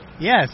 Yes